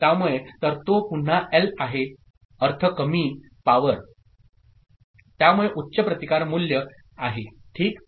त्यामुळेतरतोपुन्हा L आहे अर्थ कमी पावर त्यामुळेउच्चप्रतिकार मूल्ये आहे ठीक